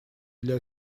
для